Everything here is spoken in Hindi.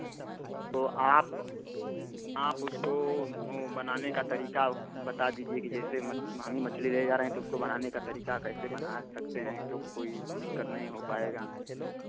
तो आप आप उसको वह बनाने का तरीका बता दीजिए कि जैसे म महँगी मछली ले जा रहे हैं तो उसको बनाने का तरीका कैसे बनाए सकते हैं तो कोई दिक्क़त नहीं हो पाएगा